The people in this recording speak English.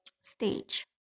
stage